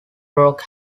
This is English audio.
rock